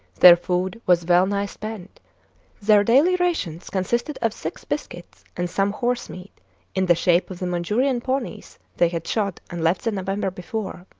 their food was well-nigh spent their daily rations consisted of six biscuits and some horse-meat in the shape of the manchurian ponies they had shot and left the november before.